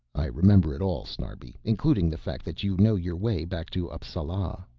i remember it all snarbi, including the fact that you know your way back to appsala.